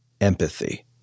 empathy